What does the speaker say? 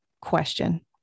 question